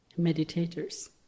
meditators